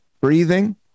breathing